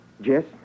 Jess